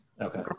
Okay